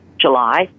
July